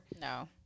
No